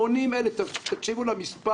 80,000. תקשיבו למס',